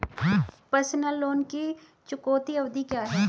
Personal loan की चुकौती अवधि क्या है?